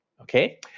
Okay